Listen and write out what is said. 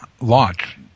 launch